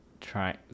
try